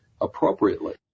appropriately